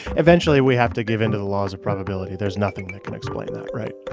eventually, we have to give in to the laws of probability. there's nothing that can explain that, right?